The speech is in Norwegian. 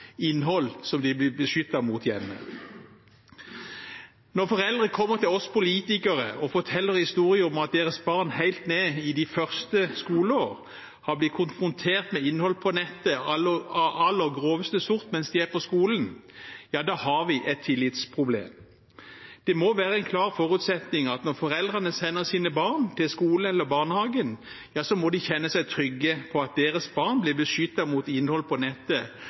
innhold som de blir beskyttet mot hjemme. Når foreldre kommer til oss politikere og forteller historier om at deres barn – helt ned i de første skoleår – har blitt konfrontert med innhold på nettet av aller groveste sort mens de er på skolen, da har vi et tillitsproblem. Det må være en klar forutsetning at foreldrene, når de sender sine barn til skolen eller barnehagen, må kunne kjenne seg trygge på at deres barn blir beskyttet mot innhold på nettet